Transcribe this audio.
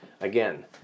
again